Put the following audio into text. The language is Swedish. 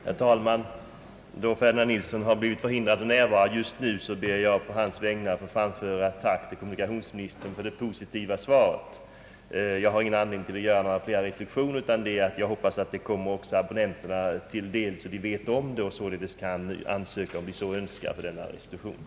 Herr talman! Då herr Ferdinand Nilsson har blivit förhindrad att närvara just nu, ber jag att på hans vägnar få framföra ett tack till kommunikationsministern för det positiva svaret. Jag har ingen anledning att göra några ytterligare reflexioner utom den att jag hoppas att abonnenterna blir informerade, så att de kan ansöka om restitution, om de så önskar.